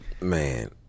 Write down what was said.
Man